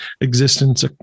existence